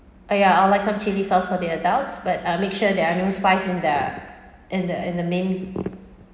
oh ya I'd like some chili sauce for the adults but um make sure there are no spice in the in the in the main